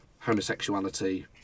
homosexuality